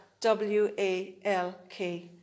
W-A-L-K